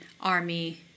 army